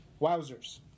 Wowzers